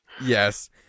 Yes